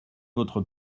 votre